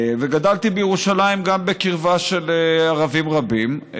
גדלתי בירושלים בקרבה לערבים רבים,